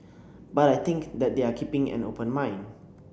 but I think that they are keeping an open mind